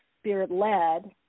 spirit-led